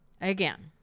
again